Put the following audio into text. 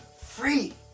free